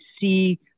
see